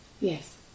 Yes